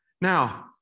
Now